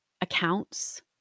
accounts